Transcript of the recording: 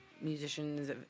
musicians